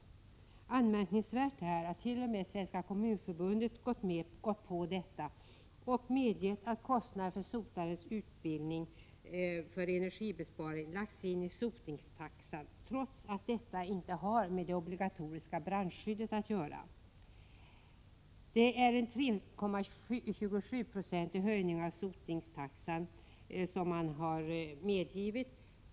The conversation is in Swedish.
Anmärkningsvärt är att t.o.m. Svenska kommunförbundet gått på detta och medgett att kostnaden för sotarnas utbildning för energibesparing lagts in isotningstaxan, trots att detta inte har med det obligatoriska brandskyddet att göra. Det är 3,27 20 höjning av taxan som medgetts.